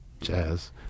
jazz